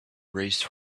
raised